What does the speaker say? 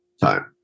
Time